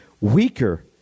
weaker